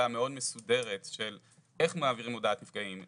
מאוד מסודרת של איך מעבירים הודעה לנפגעים,